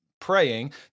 praying